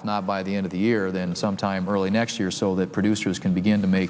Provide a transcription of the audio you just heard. if not by the end of the year then sometime early next year so that producers can begin to make